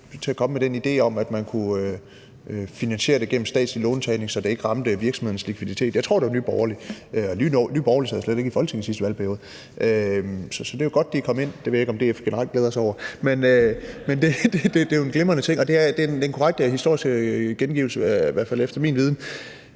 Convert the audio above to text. til at komme med den idé om, at man kunne finansiere det gennem statslig låntagning, så det ikke ramte virksomhedernes likviditet. Jeg tror, det var Nye Borgerlige, og Nye Borgerlige sad slet ikke i Folketinget i sidste valgperiode. Så det er jo godt, at de er kommet ind – jeg ved ikke, om det generelt er noget at glæde sig over. Men det er jo en glimrende ting. Og det er en korrekt historisk gengivelse, i hvert fald efter min viden.